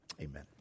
Amen